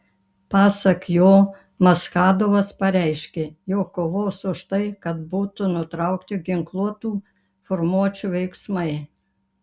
pasak jo maschadovas pareiškė jog kovos už tai kad būtų nutraukti ginkluotų formuočių veiksmai